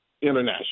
International